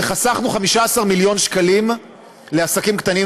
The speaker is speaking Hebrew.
וחסכנו 15 מיליון שקלים לעסקים קטנים